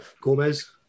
Gomez